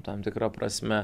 tam tikra prasme